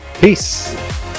Peace